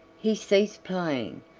he ceased playing,